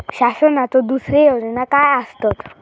शासनाचो दुसरे योजना काय आसतत?